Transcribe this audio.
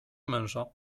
męża